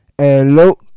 Hello